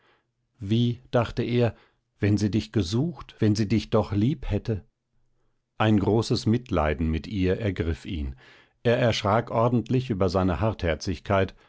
wie dachte er wenn sie dich gesucht wenn sie dich doch liebhätte ein großes mitleiden mit ihr ergriff ihn er erschrak ordentlich über seine